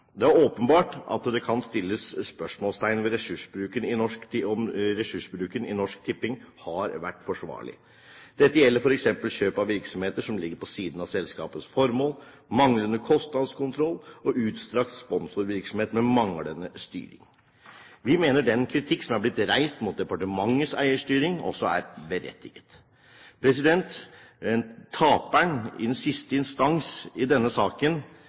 Det er åpenbart at det kan stilles spørsmål ved om ressursbruken i Norsk Tipping har vært forsvarlig. Dette gjelder f.eks. kjøp av virksomheter som ligger på siden av selskapets formål, manglende kostnadskontroll og utstrakt sponsorvirksomhet med manglende styring. Vi mener at den kritikken som er blitt reist mot departementets eierstyring, også er berettiget. Taperen i siste instans i denne saken